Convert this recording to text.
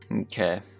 Okay